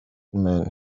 man